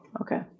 okay